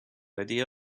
idea